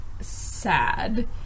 sad